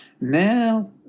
now